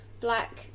black